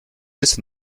bis